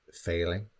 failing